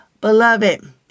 Beloved